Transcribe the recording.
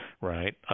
Right